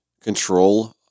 control